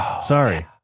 Sorry